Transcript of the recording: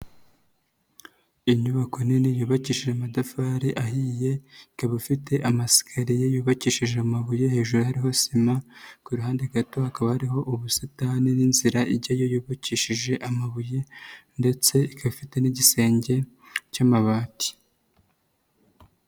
Inyubako nini yubakishije amatafari ahiye ikaba ifite amasikariye yubakishije amabuye, hejuru hariho sima, ku ruhande gato hakaba hari ubusitani n'inzira ijyayo yubakishije amabuye ndetse ikaba ifite n'igisenge cy'amabati.